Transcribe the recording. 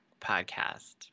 podcast